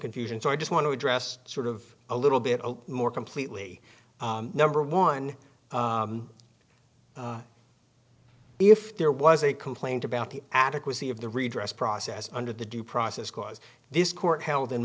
confusion so i just want to address sort of a little bit more completely number one if there was a complaint about the adequacy of the redress process under the due process clause this court held in